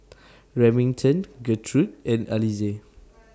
Remington Gertrude and Alize